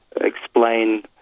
explain